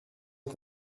est